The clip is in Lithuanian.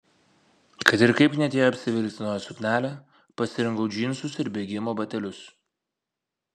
kad ir kaip knietėjo apsivilkti naują suknelę pasirinkau džinsus ir bėgimo batelius